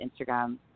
Instagram